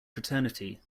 fraternity